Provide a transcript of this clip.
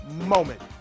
moment